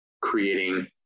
creating